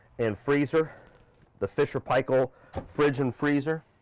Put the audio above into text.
and freezer the fisher paykel fridge and freezer.